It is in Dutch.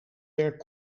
werk